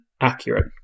accurate